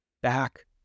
back